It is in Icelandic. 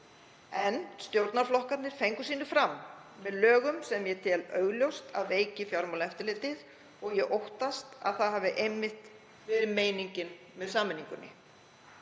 en stjórnarflokkarnir fengu sitt fram með lögum sem ég tel augljóst að veiki Fjármálaeftirlitið og ég óttast að það hafi einmitt verið meiningin með sameiningunni.